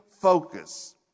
focus